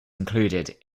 included